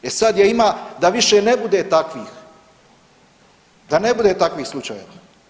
E sad je ima da više ne bude takvih, da ne bude takvih slučajeva.